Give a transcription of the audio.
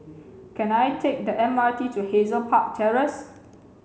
can I take the M R T to Hazel Park Terrace